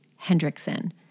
Hendrickson